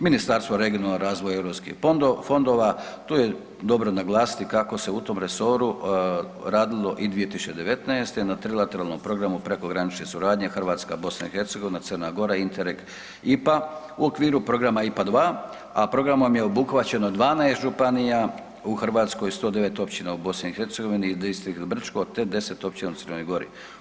Ministarstvo regionalnog razvoja i europskih fondova, tu je dobro naglasiti kako se u tom resoru radilo i 2019. na trilateralnom programu prekogranične suradnje Hrvatska, BiH, Crna Gora Interreg IPA u okviru programa IPA2, a programom je obuhvaćeno 12 županija u Hrvatskoj, 109 općina u BiH, … [[Govornik se ne razumije]] Brčko, te 10 općina u Crnoj Gori.